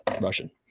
Russian